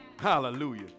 Hallelujah